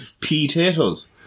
Potatoes